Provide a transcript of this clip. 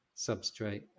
substrate